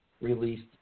released